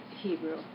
Hebrew